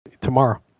tomorrow